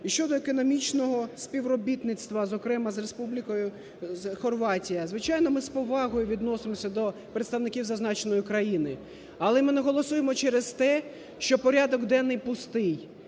і щодо економічного співробітництва, зокрема з Республікою Хорватія. Звичайно, ми з повагою відносимося до представників зазначеної країни, але ми не голосуємо через те, що порядок денний пустий,